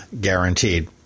guaranteed